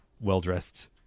well-dressed